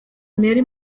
mary